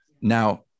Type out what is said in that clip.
Now